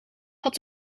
had